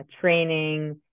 training